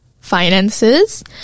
finances